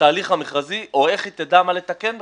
לתהליך המכרז, או איך היא תדע מה לתקן בכלל,